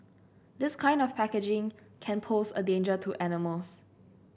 this kind of packaging can pose a danger to animals